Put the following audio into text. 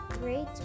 Great